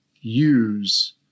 use